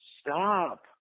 Stop